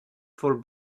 får